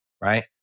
right